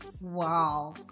wow